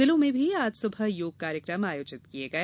जिलों में भी आज सुबह योग कार्यक्रम आयोजित किए गए